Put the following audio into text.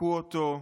היכו אותו,